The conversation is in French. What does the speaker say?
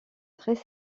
très